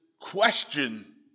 question